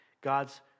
God's